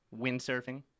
windsurfing